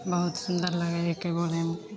बहुत सुन्दर लागै हिकै बोलैमे